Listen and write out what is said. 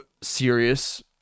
serious